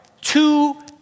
Two